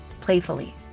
playfully